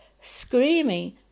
screaming